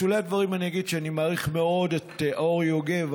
בשולי הדברים אני אגיד שאני מעריך מאוד את אורי יוגב,